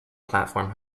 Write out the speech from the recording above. platform